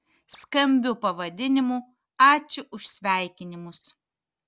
skambiu pavadinimu ačiū už sveikinimus